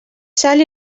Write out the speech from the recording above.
sal